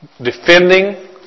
Defending